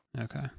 Okay